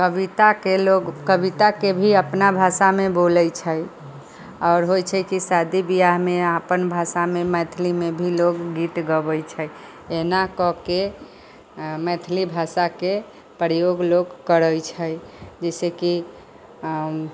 कविताके लोक कविताके भी अपना भाषामे बोलै छै आओर होइ छै कि शादी बिआहमे अपन भाषामे मैथिलीमे भी लोकगीत गबै छै एना कऽकऽ मैथिली भाषाके प्रयोग लोक करै छै जइसे कि